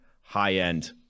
high-end